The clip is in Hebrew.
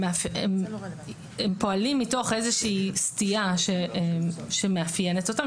הם פועלים מתוך איזושהי סטייה שמאפיינת אותם,